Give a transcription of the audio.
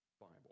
Bible